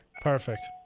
Perfect